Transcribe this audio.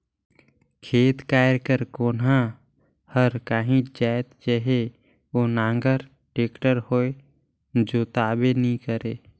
खेत खाएर कर कोनहा हर काहीच जाएत चहे ओ नांगर, टेक्टर होए जोताबे नी करे